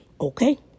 Okay